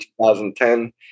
2010